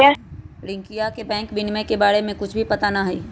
रियंकवा के बैंक विनियमन के बारे में कुछ भी पता ना हई